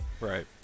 Right